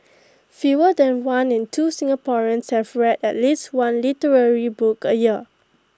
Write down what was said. fewer than one in two Singaporeans have read at least one literary book A year